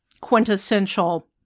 quintessential